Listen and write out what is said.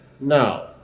No